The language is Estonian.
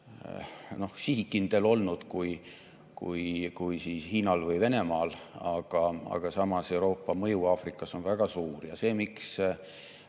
sihikindel olnud kui Hiinal või Venemaal, aga samas Euroopa mõju Aafrikas on väga suur. Tegemist